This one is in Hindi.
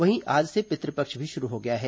वहीं आज से पितृ पक्ष भी शुरू हो गया है